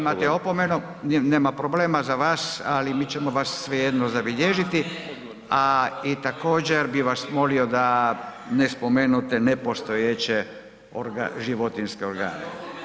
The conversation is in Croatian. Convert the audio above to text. Imate opomenu, nema problema za vas ali mi ćemo vas svejedno zabilježiti, a i također bi vas molio da ne spomenute nepostojeće životinjske organe.